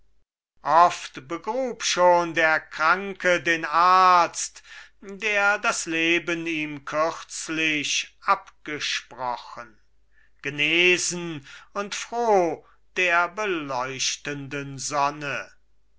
oft begrub schon der kranke den arzt der das leben ihm kürzlich abgesprochen genesen und froh der beleuchtenden sonne